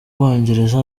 bwongereza